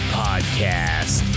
podcast